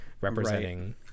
representing